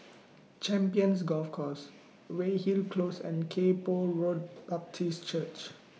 Champions Golf Course Weyhill Close and Kay Poh Road Baptist Church